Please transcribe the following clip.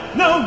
no